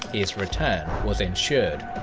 his return was ensured.